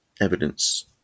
evidence